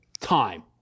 time